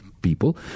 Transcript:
people